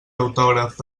autògraf